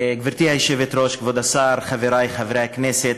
גברתי היושבת-ראש, כבוד השר, חברי חברי הכנסת,